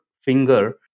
finger